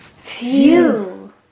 Phew